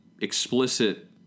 explicit